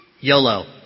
YOLO